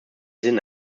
sinn